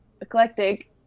eclectic